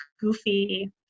goofy